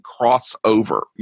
crossover